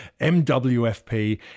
MWFP